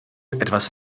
etwas